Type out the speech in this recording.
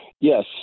Yes